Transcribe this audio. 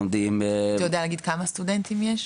לומדים --- אתה יודע להגיד כמה סטודנטים יש?